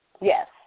Yes